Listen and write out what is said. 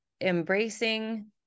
embracing